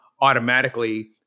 automatically